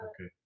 Okay